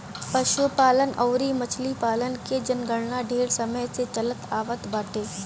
पशुपालन अउरी मछरी पालन के जनगणना ढेर समय से चलत आवत बाटे